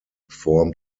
form